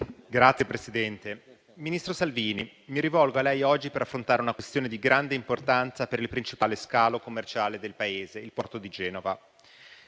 *(PD-IDP)*. Ministro Salvini, mi rivolgo a lei oggi per affrontare una questione di grande importanza per il principale scalo commerciale del Paese, il porto di Genova.